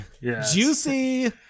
Juicy